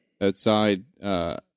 outside